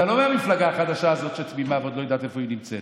אתה לא מהמפלגה החדשה הזאת שתמימה ועוד לא יודעת איפה היא נמצאת.